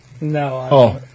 No